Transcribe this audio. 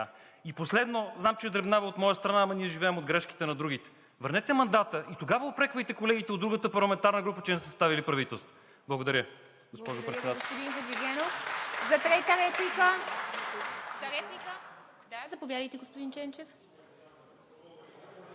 И последно, знам, че е дребнаво от моя страна, ама ние живеем от грешките на другите. Върнете мандата и тогава упреквайте колегите от другата парламентарна група, че не са съставили правителство! Благодаря,